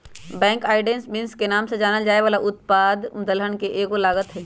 black eyed beans के नाम से जानल जाये वाला उत्पाद दलहन के एगो लागत हई